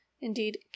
indeed